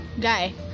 guy